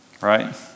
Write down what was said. right